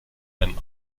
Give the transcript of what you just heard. beim